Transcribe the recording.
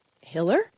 Hiller